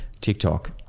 tiktok